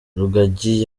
rugagi